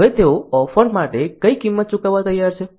હવે તેઓ ઓફર માટે કઈ કિંમત ચૂકવવા તૈયાર છે